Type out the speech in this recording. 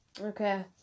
okay